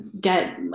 get